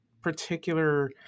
particular